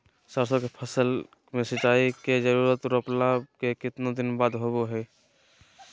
सरसों के फसल में सिंचाई के जरूरत रोपला के कितना दिन बाद होबो हय?